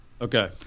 Okay